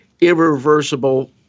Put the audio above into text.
irreversible